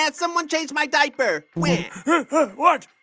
someone change my diaper. wah what?